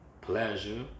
Pleasure